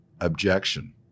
objection